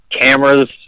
cameras